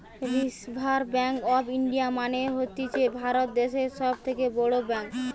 reserve bank of India মানে হতিছে ভারত দ্যাশের সব থেকে বড় ব্যাঙ্ক